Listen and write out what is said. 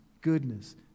goodness